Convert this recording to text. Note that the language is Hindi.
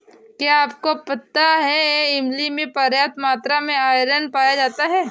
क्या आपको पता है इमली में पर्याप्त मात्रा में आयरन पाया जाता है?